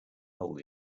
hold